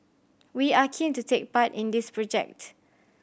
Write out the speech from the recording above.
we are keen to take part in this project